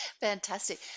fantastic